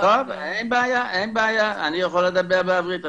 אין בעיה, אני יכול לדבר בעברית.